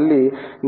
మళ్ళీ